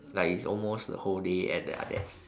like it's almost the whole day at their desk